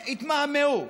והתמהמהו.